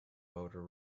voter